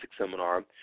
seminar